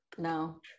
No